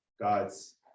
God's